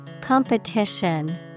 Competition